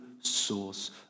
source